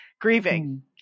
grieving